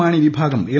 മാണി വിഭാഗം എൽ